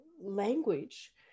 language